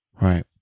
Right